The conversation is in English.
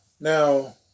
now